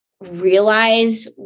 realize